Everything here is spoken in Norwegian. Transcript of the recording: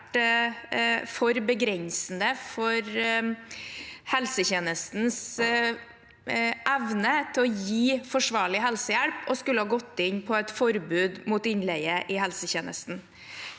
for begrensende for helsetjenestens evne til å gi forsvarlig helsehjelp å skulle ha gått inn for et forbud mot innleie i helsetjenesten.